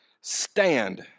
Stand